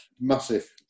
Massive